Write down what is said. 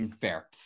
fair